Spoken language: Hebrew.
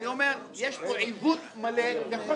אני אומר שיש פה עיוות מלא וחוסר הבנה